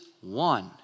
one